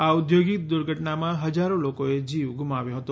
આ ઔદ્યોગિક દુર્ઘટનામાં હજારો લોકોએ જીવ ગુમાવ્યો હતો